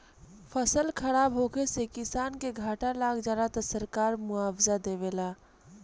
फसल खराब होखे से किसान के घाटा लाग जाला त सरकार मुआबजा देवेला